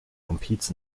competes